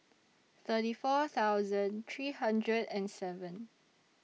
thirty four thousand three hundred and seven